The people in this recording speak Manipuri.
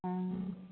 ꯑꯣ